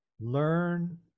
learn